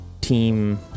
team